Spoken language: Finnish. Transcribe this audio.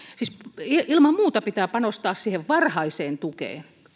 ilman muuta pitää panostaa varhaiseen tukeen